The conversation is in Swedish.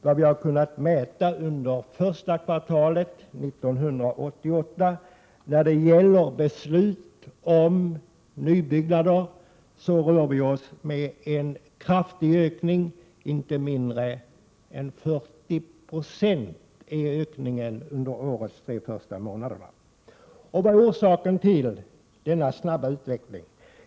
För första kvartalet 1988 rör det sig när det gäller beslut om nybyggnad om en kraftig ökning, inte mindre än 40 96. Vad är orsaken till denna snabba utveckling?